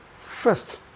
First